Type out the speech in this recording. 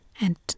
and